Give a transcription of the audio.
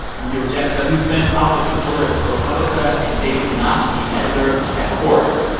i'm here with jessica huseman, politics reporter at propublica, and david yanofsky, editor at quartz.